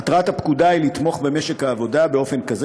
מטרת הפקודה היא לתמוך במשק העבודה באופן כזה